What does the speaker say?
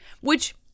which-